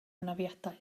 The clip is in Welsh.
anafiadau